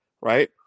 right